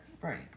Right